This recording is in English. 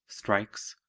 strikes,